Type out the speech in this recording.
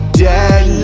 dead